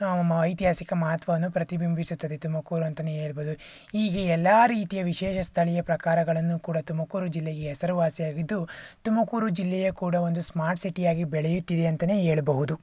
ಐತಿಹಾಸಿಕ ಮಹತ್ವವನ್ನು ಪ್ರತಿಬಿಂಬಿಸುತ್ತದೆ ತುಮಕೂರು ಅಂತಲೇ ಹೇಳಬಹುದು ಹೀಗೆ ಎಲ್ಲ ರೀತಿಯ ವಿಶೇಷ ಸ್ಥಳೀಯ ಪ್ರಕಾರಗಳನ್ನು ಕೂಡ ತುಮಕೂರು ಜಿಲ್ಲೆಯೇ ಹೆಸರುವಾಸಿಯಾಗಿದ್ದು ತುಮಕೂರು ಜಿಲ್ಲೆಯೂ ಕೂಡ ಒಂದು ಸ್ಮಾರ್ಟ್ ಸಿಟಿಯಾಗಿ ಬೆಳೆಯುತ್ತಿದೆ ಅಂತಲೇ ಹೇಳಬಹುದು